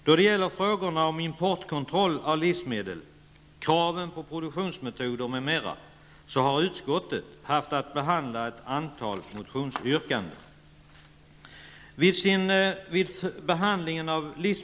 Då det gäller frågorna om importkontroll av livsmedel, kraven på produktionsmetoder m.m., har utskottet haft att behandla ett antal motionsyrkanden.